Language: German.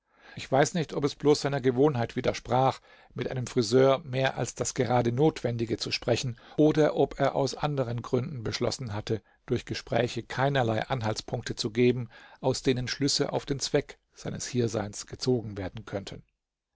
ich weiß nicht ob es bloß seiner gewohnheit widersprach mit einem friseur mehr als das gerade notwendige zu sprechen oder ob er aus anderen gründen beschlossen hatte durch gespräche keinerlei anhaltspunkte zu geben aus denen schlüsse auf den zweck seines hierseins gezogen werden könnten